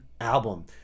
album